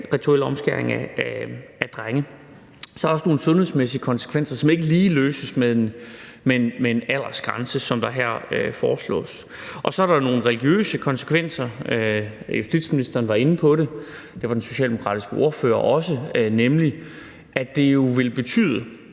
rituel omskæring af drenge. Så er der også nogle andre sundhedsmæssige konsekvenser, som ikke lige løses med en aldersgrænse, som der foreslås her. Så er der nogle religiøse konsekvenser – justitsministeren var inde på dem, det var den socialdemokratiske ordfører også – nemlig at det jo vil betyde,